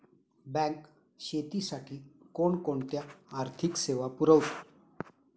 Bank शेतीसाठी कोणकोणत्या आर्थिक सेवा पुरवते?